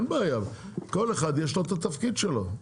לכל אחד יש את התפקיד שלו.